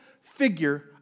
figure